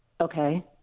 Okay